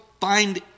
find